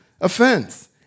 offense